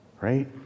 right